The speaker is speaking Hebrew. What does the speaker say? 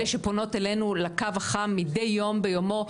אלה שפונות אלינו לקו החם מידי יום ביומו,